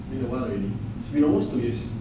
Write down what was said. it's been almost two years since I did it